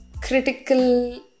critical